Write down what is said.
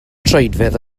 troedfedd